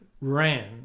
ran